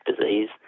disease